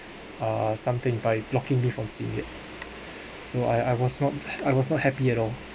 uh something by blocking me from seeing it so I I was not I was not happy at all